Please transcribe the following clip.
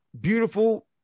beautiful